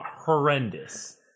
horrendous